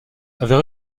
avait